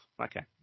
okay